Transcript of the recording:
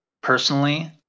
Personally